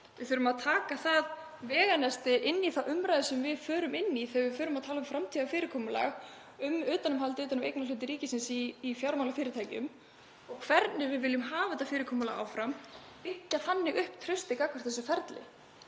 Við þurfum að taka það veganesti með inn í þá umræðu sem við förum í þegar við förum að tala um framtíðarfyrirkomulag og utanumhald um eignarhluti ríkisins í fjármálafyrirtækjum og hvernig við viljum hafa þetta fyrirkomulag áfram, byggja þannig upp traustið gagnvart þessu ferli.